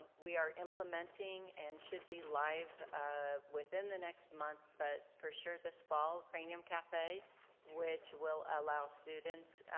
we are implementing and should be live ah within the next month but for sure this fall. cranium cafe which will allow students,